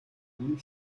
ийм